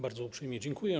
Bardzo uprzejmie dziękuję.